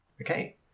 okay